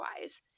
wise